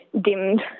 dimmed